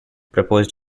proposed